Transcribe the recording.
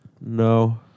No